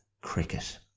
cricket